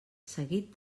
seguit